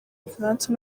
bufaransa